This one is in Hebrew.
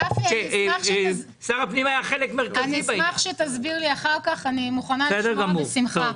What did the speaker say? אשמח שתסביר לי אחר כך, אני מוכנה לשמוע בשמחה.